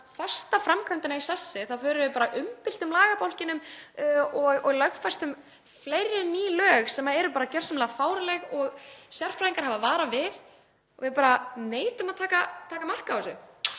lög og festa framkvæmdina í sessi þá förum við bara og umbyltum lagabálkinum og lögfestum fleiri ný lög sem eru bara gersamlega fáránleg og sérfræðingar hafa varað við. Við neitum bara að taka mark á þessu.